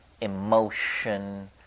emotion